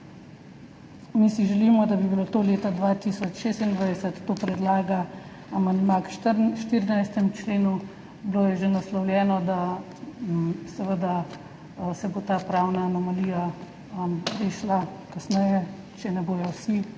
Mi si želimo, da bi bilo to leta 2026, to predlaga amandma k 14. členu. Bilo je že naslovljeno, da se bo seveda ta pravna anomalija rešila kasneje, če ne bodo vsi